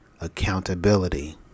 accountability